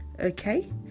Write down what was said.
okay